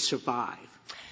suit